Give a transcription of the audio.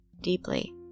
deeply